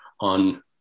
on